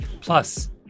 Plus